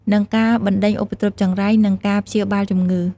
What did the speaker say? និងការបណ្តេញឧបទ្រពចង្រៃ និងការព្យាបាលជម្ងឺ។